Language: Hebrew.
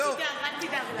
אל תדאג, אל תדאג לנו.